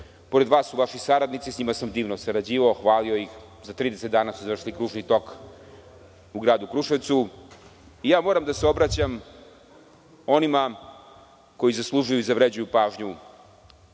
vas su vaši saradnici, s njima sam divno sarađivao, hvalio ih, za 30 dana su završili kružni tok u Gradu Kruševcu. Moram da se obraćam onima koji zaslužuju i zavređuju pažnju